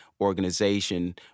organization